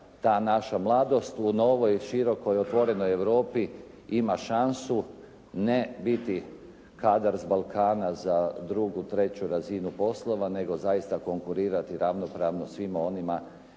ta naša mladost u novoj, širokoj, otvorenoj Europi ima šansu ne biti kadar s Balkana za drugu, treću razinu poslova, nego zaista konkurirati ravnopravno svim onima